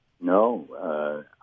No